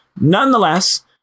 Nonetheless